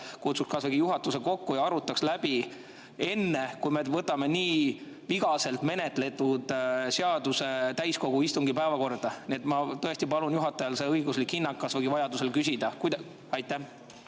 kutsuks kas või juhatuse kokku ja arutaks läbi, enne kui me võtame nii vigaselt menetletud seaduseelnõu täiskogu istungi päevakorda. Nii et ma tõesti palun juhatajal see õiguslik hinnang vajadusel küsida. Aitäh,